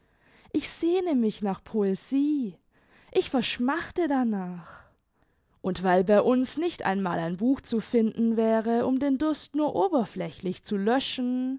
ich sehne mich nach poesie ich verschmachte danach und weil bei uns nicht einmal ein buch zu finden wäre um den durst nur oberflächlich zu löschen